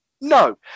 No